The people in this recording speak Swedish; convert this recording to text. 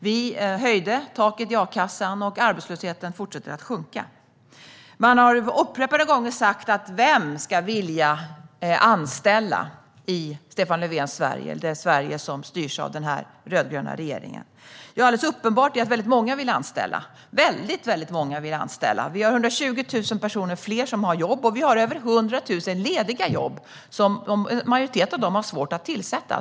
Vi höjde taket i a-kassan, och arbetslösheten fortsätter att sjunka. Man har upprepade gånger undrat vem som ska vilja anställa i Stefan Löfvens Sverige, det Sverige som styrs av den här rödgröna regeringen. Det är alldeles uppenbart att väldigt många vill anställa: 120 000 personer fler har jobb, och vi har över 100 000 lediga jobb, varav en majoritet är svåra att tillsätta.